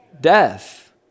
death